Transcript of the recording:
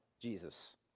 Jesus